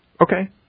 Okay